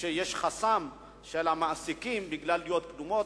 שיש חסם אצל המעסיקים שבגלל דעות קדומות